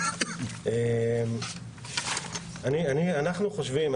אנחנו חושבים...